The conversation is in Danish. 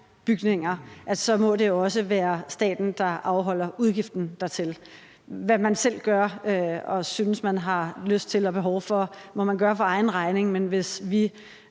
bygninger, så må det jo også være staten, der afholder udgiften dertil. Hvad man selv gør og synes man har lyst til og behov for, må man gøre for egen regning, men hvis vi